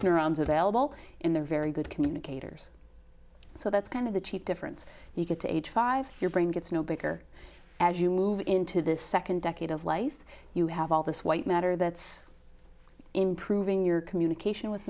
neurons available in the very good communicators so that's kind of the chief difference you could to age five your brain gets no bigger as you move into this second decade of life you have all this white matter that's improving your communication with